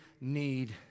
need